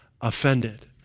offended